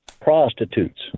prostitutes